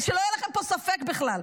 שלא יהיה לכם פה ספק בכלל.